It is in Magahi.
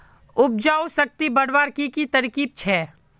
उपजाऊ शक्ति बढ़वार की की तरकीब छे?